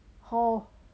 hall